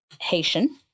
Haitian